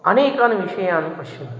अनेकान् विषयान् पश्यन्ति